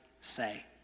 say